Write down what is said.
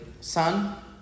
son